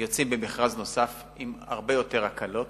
אנחנו יוצאים למכרז נוסף עם הרבה יותר הקלות.